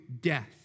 death